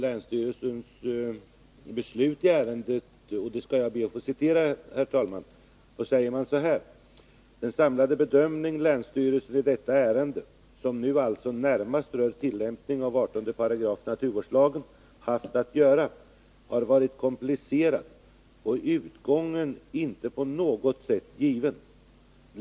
I länsstyrelsens beslut i ärendet, ur vilket jag skall be att få citera, säger man följande: ”Den samlade bedömning länsstyrelsen i detta ärende — som nu alltså närmast rör tillämpningen av 18 § Naturvårdslagen — haft att göra har varit komplicerad och utgången inte på något sätt given.